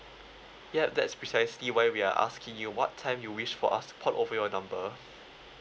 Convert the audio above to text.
yup that's precisely why we are asking you what time you wish for us to port over your number